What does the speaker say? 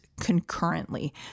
concurrently